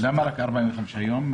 למה רק 45 יום?